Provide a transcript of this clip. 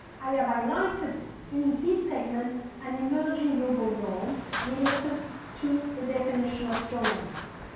i have highlighted in this segment an emerging global norm related to the definition of journalist,